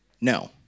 no